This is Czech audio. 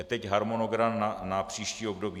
A teď harmonogram na příští období.